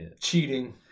cheating